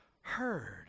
heard